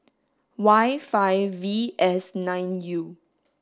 Y five V S nine U